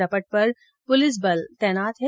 रपट पर पुलिस बल तैनात है